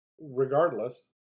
regardless